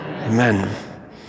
Amen